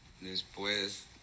Después